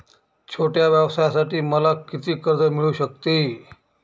छोट्या व्यवसायासाठी मला किती कर्ज मिळू शकते?